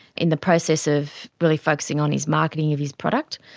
in the process of really focusing on his marketing of his product,